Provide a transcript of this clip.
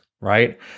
right